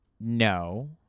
no